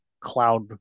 cloud